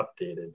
updated